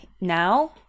now